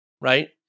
right